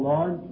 Lord